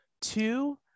Two